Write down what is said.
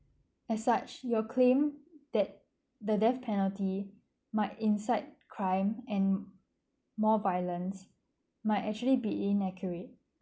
as such your claim that the death penalty might insight crime and more violent might actually be inaccurate